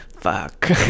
fuck